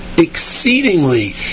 exceedingly